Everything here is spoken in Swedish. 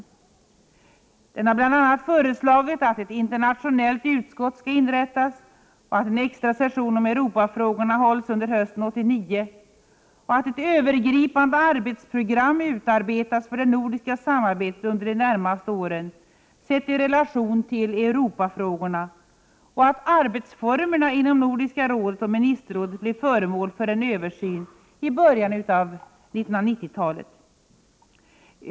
Utredningen har bl.a. föreslagit att ett internationellt utskott skall inrättas, att en extra session om Europafrågorna hålls under hösten 1989, att ett övergripande arbetsprogram utarbetas för det nordiska samarbetet under de närmaste åren, sett i relation till Europafrågorna, och att arbetsformerna inom Nordiska rådet och ministerrådet blir föremål för en översyn i början av 1990-talet.